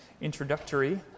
introductory